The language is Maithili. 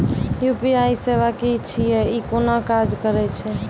यु.पी.आई सेवा की छियै? ई कूना काज करै छै?